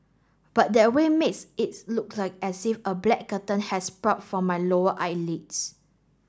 but that way makes its look as if a black curtain has sprout from my lower eyelids